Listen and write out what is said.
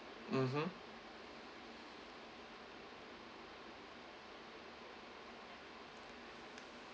mmhmm